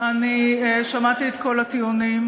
אני שמעתי את כל הטיעונים.